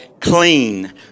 clean